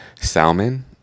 salmon